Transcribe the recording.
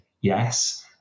yes